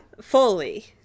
fully